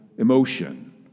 emotion